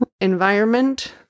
environment